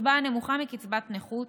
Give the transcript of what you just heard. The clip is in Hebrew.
קצבה נמוכה מקצבת נכות.